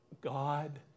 God